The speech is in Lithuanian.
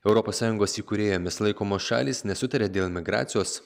europos sąjungos įkūrėjomis laikomos šalys nesutaria dėl migracijos